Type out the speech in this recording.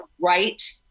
right